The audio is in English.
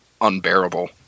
unbearable